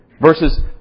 versus